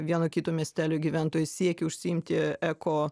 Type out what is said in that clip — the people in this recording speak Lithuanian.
vieno kito miestelio gyventojai siekia užsiimti eko